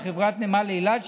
וחברת נמל אילת,